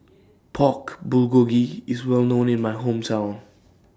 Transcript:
Pork Bulgogi IS Well known in My Hometown